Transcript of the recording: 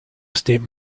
estate